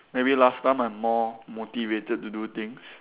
maybe last time I'm more motivated to do things